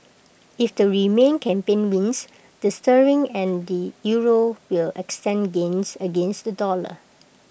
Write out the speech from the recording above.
if the remain campaign wins the sterling and the euro will extend gains against the dollar